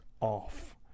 off